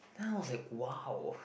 now it's like !wow!